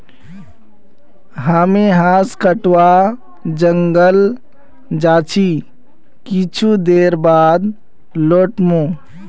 हामी बांस कटवा जंगल जा छि कुछू देर बाद लौट मु